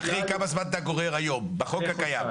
ואחרי כמה זמן אתה גורר על פי החוק הקיים?